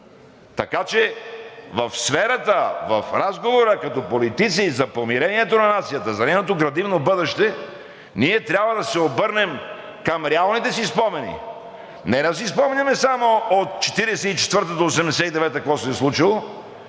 Така че в сферата, в разговора като политици за помирението на нацията, за нейното градивно бъдеще, ние трябва да се обърнем към реалните спомени. Не да си спомняме само от 1944 г. до 1989 г. какво се е случило!